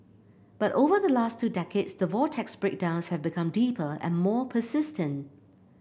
but over the last two decades the vortex's breakdowns have become deeper and more persistent